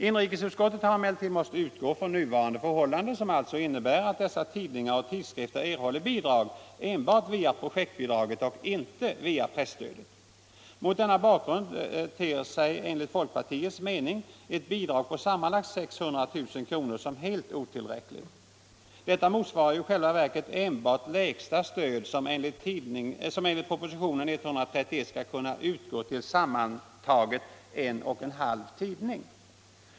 | Inrikesutskottet har emellertid måst utgå ifrån nuvarande förhållanden, som alltså innebär att dessa tidningar och tidskrifter erhåller bidrag enbart via projektbidraget och inte via presstödet. Mot denna bakgrund ter sig enligt folkpartiets mening ett bidrag på sammanlagt 600 000 kr. helt otillräckligt. Detta motsvarar ju i själva verket enbart det lägsta stöd som enligt propositionen 131 skall kunna utgå till sammantaget I 1/2 tidning.